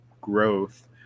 growth